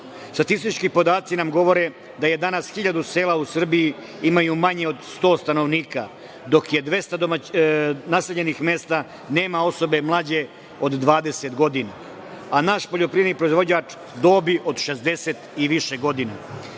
stao. Statistički podaci nam govore da danas hiljadu sela u Srbiji imaju manje od 100 stanovnika, dok 200 naseljenih mesta nema osobe mlađe od 20 godina, a naš poljoprivredni proizvođač je u dobi od 60 i više godina.